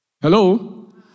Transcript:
Hello